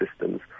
Systems